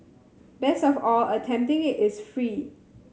best of all attempting it is free